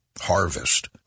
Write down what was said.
Harvest